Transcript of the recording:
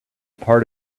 part